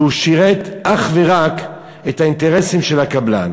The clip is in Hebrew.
והוא שירת אך ורק את האינטרסים של הקבלן.